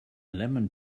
lemon